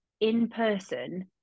in-person